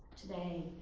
Today